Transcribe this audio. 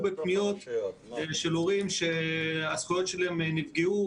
בפניות של הורים שהזכויות שלהם נפגעו,